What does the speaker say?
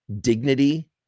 dignity